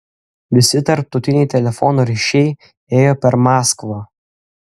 visi tarptautiniai telefono ryšiai ėjo per maskvą